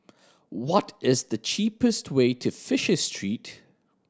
what is the cheapest way to Fisher Street